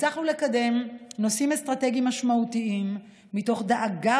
הצלחנו לקדם נושאים אסטרטגיים משמעותיים מתוך דאגה